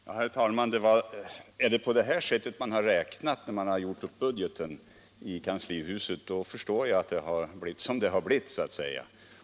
Herr talman! Är det på det här sättet man har räknat när man gjort upp budgeten i kanslihuset, då förstår jag att det har blivit som det är.